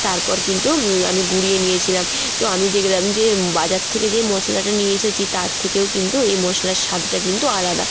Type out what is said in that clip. তারপর কিন্তু আমি গুঁড়িয়ে নিয়েছিলাম তো আমি দেখলাম যে বাজার থেকে যে মশলাটা নিয়ে এসেছি তার থেকেও কিন্তু এই মশলার স্বাদটা কিন্তু আলাদা